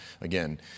again